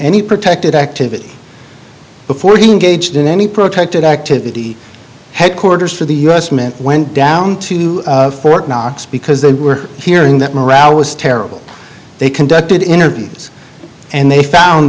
any protected activity before getting gauged in any protracted activity headquarters for the u s mint went down to fort knox because they were hearing that morale was terrible they conducted intervenes and they found